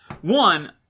One